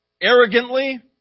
arrogantly